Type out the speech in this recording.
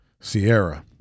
Sierra